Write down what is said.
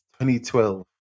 2012